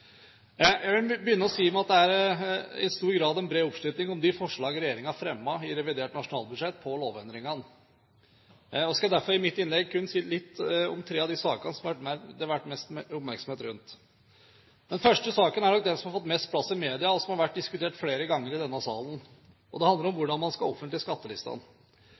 Jeg vil begynne med å si at det er en bred oppslutning om de forslag regjeringen har fremmet i revidert nasjonalbudsjett på lovendringene. Jeg skal derfor i mitt innlegg kun si litt om tre av de sakene som det har vært mest oppmerksomhet rundt. Den første saken er nok den som har fått mest plass i media, og som har vært diskutert flere ganger i denne salen. Det handler om hvordan man skal